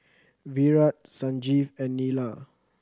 Virat Sanjeev and Neila